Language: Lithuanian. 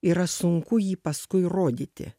yra sunku jį paskui rodyti